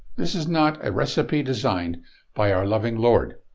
this is not a recipe designed by our loving lord.